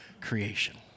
creation